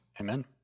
Amen